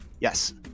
Yes